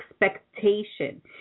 expectation